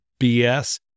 BS